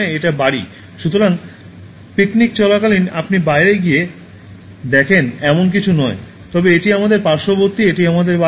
এটা বাড়ি " সুতরাং পিকনিক চলাকালীন আপনি বাইরে গিয়ে দেখেন এমন কিছু নয় তবে এটি আমাদের পার্শ্ববর্তী এটি আমাদের বাড়ি